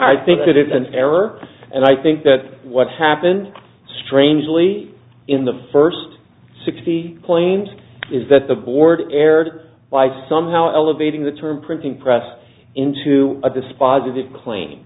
i think it is an error and i think that what's happened strangely in the first sixty claims is that the board erred by somehow elevating the term printing press into a dispositive clane